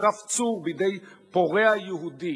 הותקף צור בידי פורע יהודי.